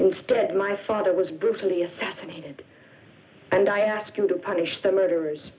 instead my father was brutally assassinated and i ask you to punish the murderers